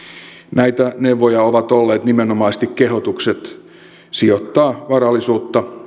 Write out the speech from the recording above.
näitä neuvoja ovat olleet nimenomaisesti kehotukset sijoittaa varallisuutta